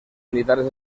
militares